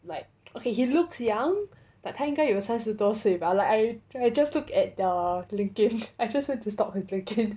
like okay he looks young but 他应该有三十多岁吧 but like I just look at the LinkedIn I just went to stalk his LinkedIn